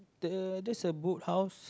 the that's a boat house